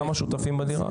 כמה שותפים בדירה?